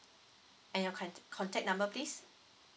and your con~ contact number please